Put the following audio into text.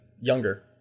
younger